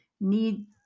need